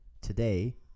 today